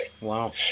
Wow